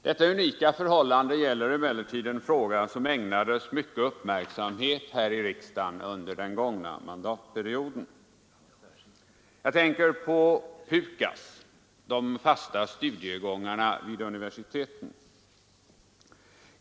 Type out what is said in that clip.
Detta unika förhållande gäller emellertid en fråga som ägnades mycken uppmärksamhet här i riksdagen under den gångna mandatperioden. Jag tänker på PUKAS, de fasta studiegångarna vid universiteten.